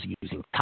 using